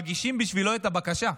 ומגישים בשבילו את הבקשה.